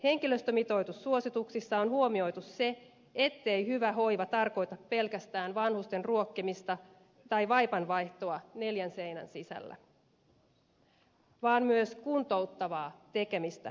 henkilöstömitoitussuosituksissa on huomioitu se ettei hyvä hoiva tarkoita pelkästään vanhusten ruokkimista tai vaipanvaihtoa neljän seinän sisällä vaan myös kuntouttavaa tekemistä arjessa